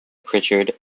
pritchard